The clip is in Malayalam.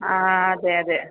ആ ആ അതെ അതെ